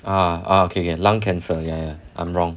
ah okay get lung cancer ya I'm wrong